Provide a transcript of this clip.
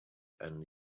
and